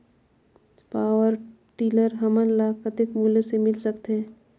Power tiller हमन ल कतेक मूल्य मे मिल सकथे?